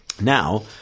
Now